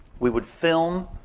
we would film